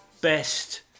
best